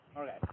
Okay